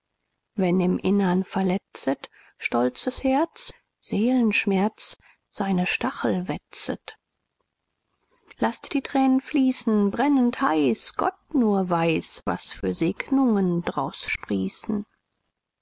wenn im innern verletzet stolzes herz seelenschmerz seine stachel wetzet laß die tränen fließen brennend heiß gott nur weiß was für segnungen d'raus sprießen